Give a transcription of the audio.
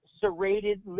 serrated